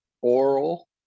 oral